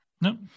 No